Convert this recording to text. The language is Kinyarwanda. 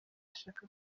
ashaka